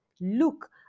Look